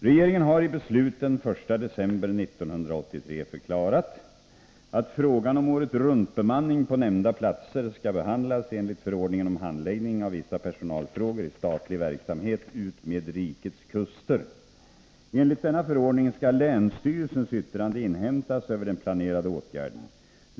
Regeringen har i beslut den 1 december 1983 förklarat att frågan om åretruntbemanning på nämnda platser skall behandlas enligt förordningen om handläggning av vissa personalfrågor i statlig verksamhet utmed rikets kuster. Enligt denna förordning skall länsstyrelsens yttrande inhämtas över den planerade åtgärden.